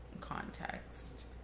context